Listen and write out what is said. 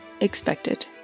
expected